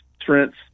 Trent's